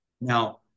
now